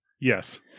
Yes